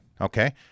okay